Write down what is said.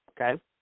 Okay